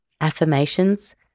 affirmations